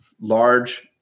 large